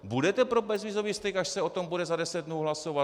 Budete pro bezvízový styk, až se o tom bude za deset dnů hlasovat?